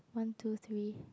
one two three